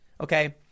Okay